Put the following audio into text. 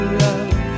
love